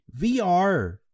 VR